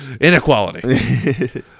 inequality